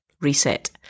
reset